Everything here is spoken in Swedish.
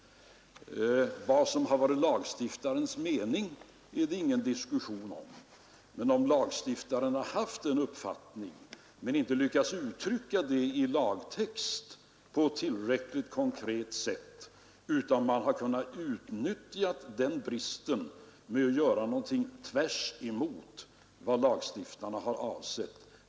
Vad som har varit lagstiftarnas mening är det ingen diskussion om, men om lagstiftarna inte har lyckats uttrycka sin uppfattning i lagtext på ett tillräckligt konkret sätt har den bristen kunnat utnyttjas till att göra något som direkt strider mot vad lagstiftarna har avsett.